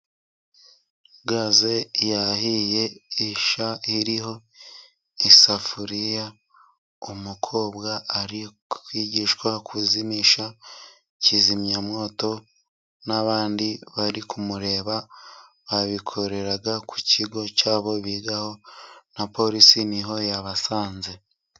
Gaze yahiye， ishya iriho isafuriya， umukobwa ari kwigishwa kuzimisha kizimyamwoto， n'abandi bari kumureba. Babikorera ku kigo cyabo bigaho，na porisi niho yabasanze.